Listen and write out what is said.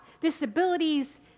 disabilities